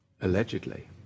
Allegedly